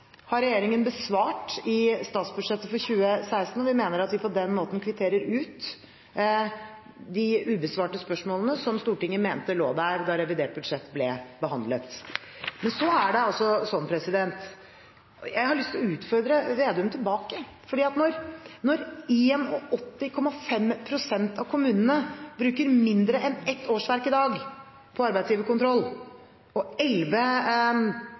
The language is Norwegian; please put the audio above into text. har regjeringen besvart i statsbudsjettet for 2016, og vi mener at vi på den måten kvitterer ut de ubesvarte spørsmålene som Stortinget mente lå der da revidert budsjett ble behandlet. Men så har jeg lyst til å utfordre Slagsvold Vedum tilbake: Når 81,5 pst. av kommunene i dag bruker mindre enn ett årsverk på arbeidsgiverkontroll, mens elleve